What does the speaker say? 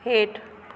हेठि